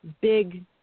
big